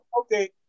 Okay